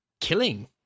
killing